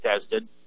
tested